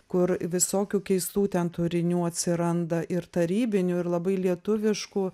kur visokių keistų ten turinių atsiranda ir tarybinių ir labai lietuviškų